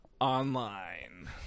Online